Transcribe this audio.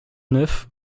neuf